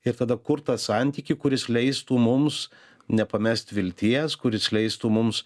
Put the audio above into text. ir tada kurt tą santykį kuris leistų mums nepamest vilties kuris leistų mums